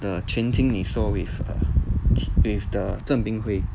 the 权听你说 with err with the 郑斌辉